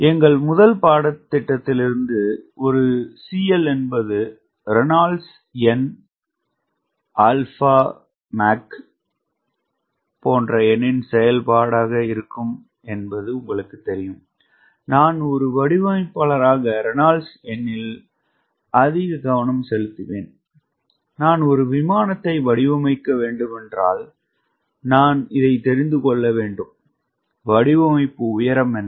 எங்கள் முதல் பாடத்திட்டத்திலிருந்து ஒரு CL என்பது ரெனால்ட்ஸ் எண் α மேக் எண்ணின் செயல்பாடாக இருக்கும் என்பது உங்களுக்குத் தெரியும் நான் ஒரு வடிவமைப்பாளராக ரெனால்ட்ஸ் எண்ணில் அதிக கவனம் செலுத்துவேன் நான் ஒரு விமானத்தை வடிவமைக்க வேண்டுமானால் நான் இதை தெரிந்து கொள்ள வேண்டும் வடிவமைப்பு உயரம் என்ன